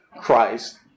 Christ